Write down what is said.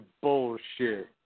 bullshit